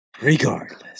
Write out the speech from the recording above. regardless